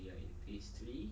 it is today